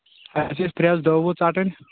اَسہِ ٲسۍ پھرٛیٚس دٔہ وُہ ژَٹٕنۍ